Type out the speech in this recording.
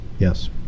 Yes